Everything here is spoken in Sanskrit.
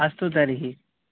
अस्तु तर्हि